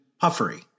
puffery